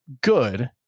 good